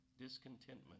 discontentment